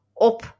op